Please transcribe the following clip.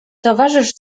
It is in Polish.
towarzysz